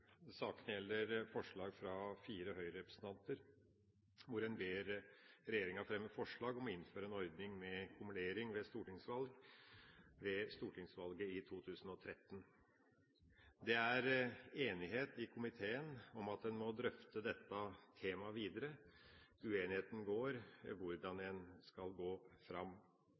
Saken gjelder et forslag fra fire Høyre-representanter, hvor en ber regjeringa fremme forslag om å innføre en ordning med kumulering ved stortingsvalg, ved stortingsvalget i 2013. Det er enighet i komiteen om at man må drøfte dette temaet videre. Uenigheten dreier seg om hvordan man skal gå fram.